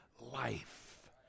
life